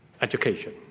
education